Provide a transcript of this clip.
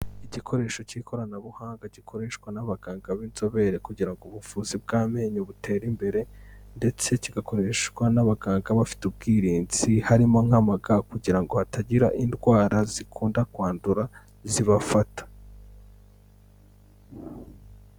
Igikoresho cy'ikoranabuhanga gikoreshwa n'abaganga b'inzobere kugira ngo ubuvuzi bw'amenyo butere imbere, ndetse kigakoreshwa n'abaganga bafite ubwirinzi harimo nk'amaga kugira ngo hatagira indwara zikunda kwandura zibafata.